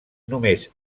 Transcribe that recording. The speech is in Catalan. només